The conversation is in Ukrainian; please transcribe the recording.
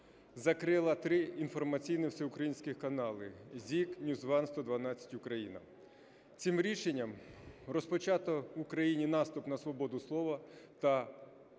закрила три інформаційні всеукраїнських канали: ZIK, NewsOne, "112 Україна". Цим рішення розпочато в Україні наступ на свободу слова та